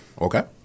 Okay